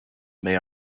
may